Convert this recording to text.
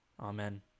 Amen